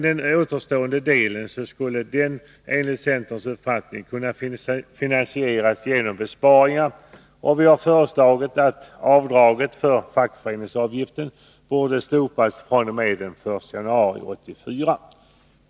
Den återstående delen skulle enligt centerns uppfattning kunna finansieras genom besparingar, och vi har föreslagit att avdraget för fackföreningsavgiften slopas fr.o.m. den 1 januari 1984.